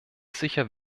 sicher